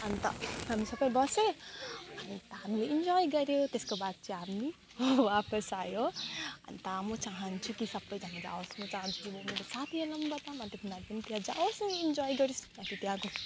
अन्त हामी सबै बसेँ अन्त हामीले इन्जोय गर्यो त्यसको बाद चाहिँ हामी हो वापस आयो हो अन्त म चाहन्छु कि सबैजना जाओस् म चाहन्छु मेरो साथीहरूलाई पनि बताऊँ अन्त तिनीहरू पनि त्यहाँ जाओस् इन्जोय गरोस् ताकि त्यहाँको